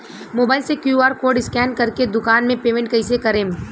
Mobile से QR code scan कर के दुकान मे पेमेंट कईसे करेम?